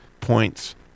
points